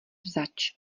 zač